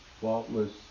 faultless